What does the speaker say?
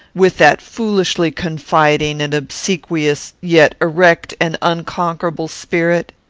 with that foolishly-confiding and obsequious, yet erect and unconquerable, spirit?